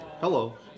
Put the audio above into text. Hello